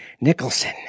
Nicholson